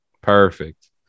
Perfect